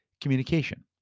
communication